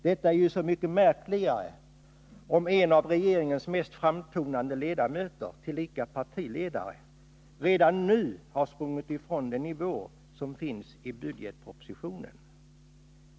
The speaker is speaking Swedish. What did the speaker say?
Det är ju så mycket märkligare om en av regeringens mest framtonande ledamöter — tillika partiledare — redan nu har sprungit ifrån den nivå som anges i budgetpropositionen.